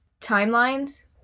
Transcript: timelines